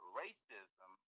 racism